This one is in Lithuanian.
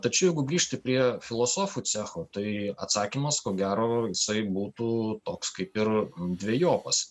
tačiau jeigu grįžti prie filosofų cecho tai atsakymas ko gero jisai būtų toks kaip ir dvejopas